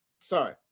sorry